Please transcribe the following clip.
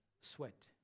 sweat